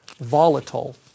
volatile